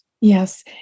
Yes